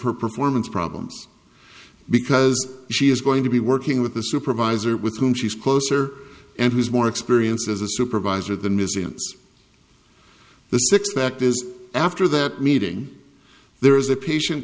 her performance problems because she is going to be working with a supervisor with whom she is closer and has more experience as a supervisor than museums the sixth fact is after that meeting there is a patient